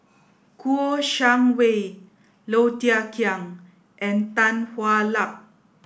Kouo Shang Wei Low Thia Khiang and Tan Hwa Luck